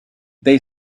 they